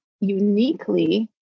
uniquely